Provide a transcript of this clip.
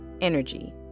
energy